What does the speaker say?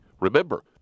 Remember